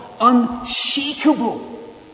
unshakable